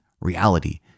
reality